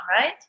right